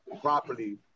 properly